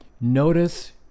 Notice